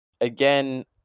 Again